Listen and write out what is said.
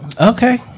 Okay